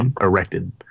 erected